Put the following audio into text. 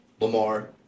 Lamar